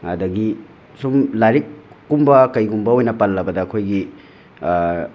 ꯑꯗꯒꯤ ꯁꯨꯝ ꯂꯥꯏꯔꯤꯛ ꯀꯨꯝꯕ ꯀꯩꯒꯨꯝꯕ ꯑꯣꯏꯅ ꯄꯜꯂꯕꯗ ꯑꯩꯈꯣꯏꯒꯤ